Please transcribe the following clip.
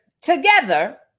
together